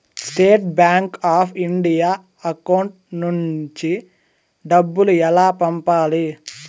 State Bank of India account నుంచి డబ్బులు ఎలా పంపాలి?